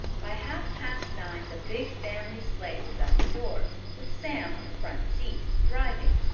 by half-past nine the big family sleigh was at the door with sam on the front seat, driving.